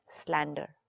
slander